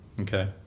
Okay